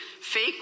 fake